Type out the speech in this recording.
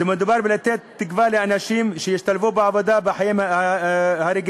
מדובר במתן תקווה לאנשים שישתלבו בעבודה בחיים הרגילים,